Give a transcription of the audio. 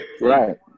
Right